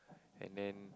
and then